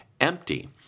empty